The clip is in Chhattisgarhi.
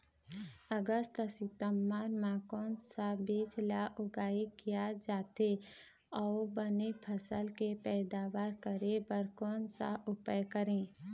अगस्त सितंबर म कोन सा बीज ला उगाई किया जाथे, अऊ बने फसल के पैदावर करें बर कोन सा उपाय करें?